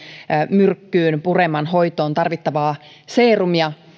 myrkkyyn pureman hoitoon tarvittavaa seerumia